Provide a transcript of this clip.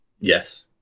Yes